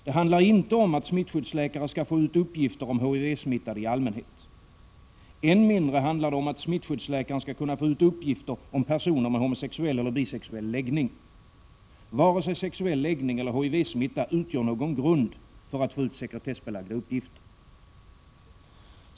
Det handlar inte om att smittskyddsläkare skall få ut uppgifter om HIV-smittade i allmänhet. Än mindre handlar det om att smittskyddsläkaren skall kunna få ut uppgifter om personer med homoeller bisexuell läggning. Varken sexuell läggning eller HIV-smitta utgör någon grund för att få ut sekretessbelagda uppgifter.